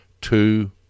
Two